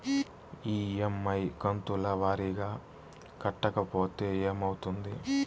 EMI కంతుల వారీగా కట్టకపోతే ఏమవుతుంది?